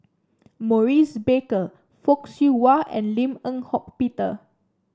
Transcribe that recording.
Maurice Baker Fock Siew Wah and Lim Eng Hock Peter